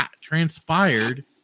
transpired